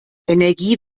energie